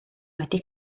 wedi